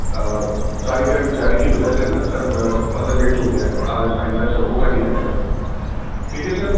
اور کاریگر جانے کی وجہ سے نا سر تھوڑا سا لیٹ ہو گیا ہے آئندہ سے ہوگا نہیں ایسا ٹھیک ہے سر